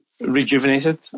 rejuvenated